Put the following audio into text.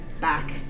back